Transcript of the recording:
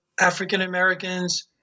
African-Americans